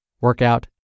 Workout